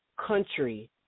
country